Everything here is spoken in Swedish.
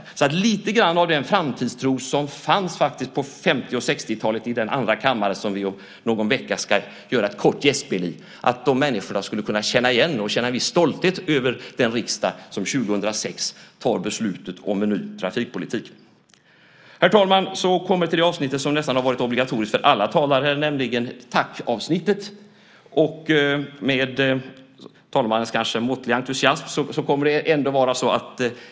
Då skulle vi med lite grann av den framtidstro som fanns på 50 och 60-talen i den andra kammare som vi om någon vecka ska göra ett kort gästspel i kunna få de människorna som var med då att känna en viss stolthet över den riksdag som 2006 tar beslutet om en ny trafikpolitik. Herr talman! Vi kommer till det avsnitt som nästan har varit obligatoriskt för alla talare, nämligen tackavsnittet.